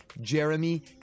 Jeremy